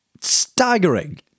staggering